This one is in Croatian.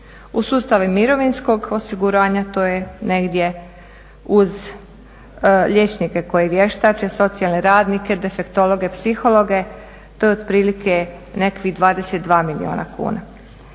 U sustave mirovinskog osiguranja, to je negdje uz liječnike koji vještače, socijalne radnike, defektologe, psihologe, to je otprilike nekakvih 22 milijuna kuna.